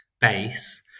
base